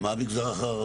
מה עם המגזר הערבי?